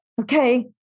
Okay